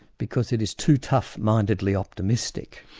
because it is too tough-mindedly optimistic.